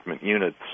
units